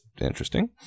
interesting